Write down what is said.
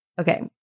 okay